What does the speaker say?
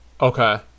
Okay